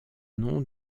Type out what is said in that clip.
nom